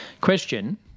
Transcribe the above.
Question